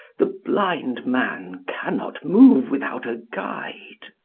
the blind man cannot move without a guide.